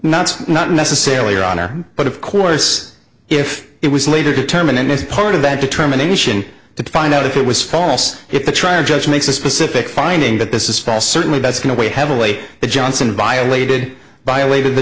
not not necessarily your honor but of course if it was later determined in this part of that determination to find out if it was false if the trial judge makes a specific finding that this is false certainly that's no way heavily that johnson violated by a wave of the